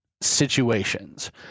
Situations